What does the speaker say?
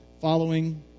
following